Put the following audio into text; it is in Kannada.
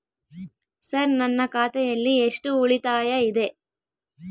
ಸರ್ ನನ್ನ ಖಾತೆಯಲ್ಲಿ ಎಷ್ಟು ಉಳಿತಾಯ ಇದೆ?